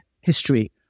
history